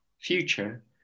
future